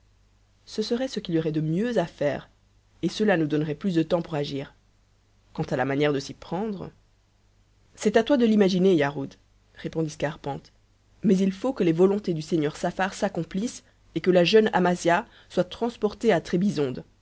ce serait ce qu'il y aurait de mieux à faire et cela nous donnerait plus de temps pour agir quant à la manière de s'y prendre c'est à toi de l'imaginer yarhud répondit scarpante mais il faut que les volontés du seigneur saffar s'accomplissent et que la jeune amasia soit transportée à